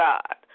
God